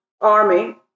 army